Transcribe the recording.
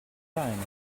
time